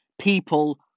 People